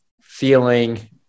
feeling